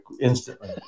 instantly